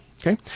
Okay